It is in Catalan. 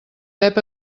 pep